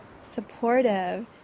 supportive